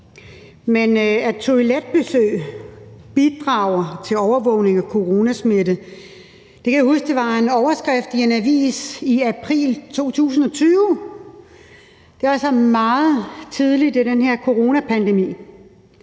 tænk, at toiletbesøg bidrager til overvågning af coronasmitte. Det kan jeg huske var en overskrift i en avis i april 2020. Det var altså meget tidligt i den her coronapandemi,